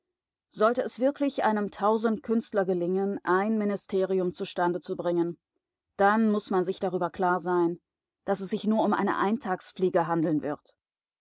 sollte es wirklich einem tausendkünstler gelingen ein ministerium zustande zu bringen dann muß man sich darüber klar sein daß es sich nur um eine eintagsfliege handeln wird